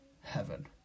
heaven